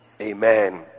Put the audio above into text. Amen